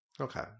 Okay